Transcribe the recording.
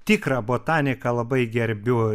tikrą botaniką labai gerbiu